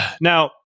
Now